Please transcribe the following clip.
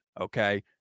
okay